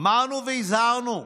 אמרנו והזהרנו: